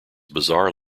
bizarre